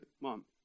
mom